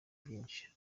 byinshi